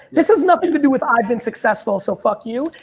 this has nothing to do with i've been successful so fuck you.